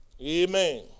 Amen